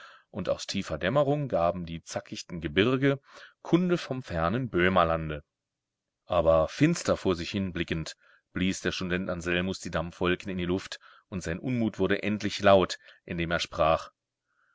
und aus tiefer dämmerung gaben die zackichten gebirge kunde vom fernen böhmerlande aber finster vor sich hinblickend blies der student anselmus die dampfwolken in die luft und sein unmut wurde endlich laut indem er sprach